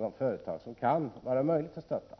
de företag som det kan vara möjligt att stödja?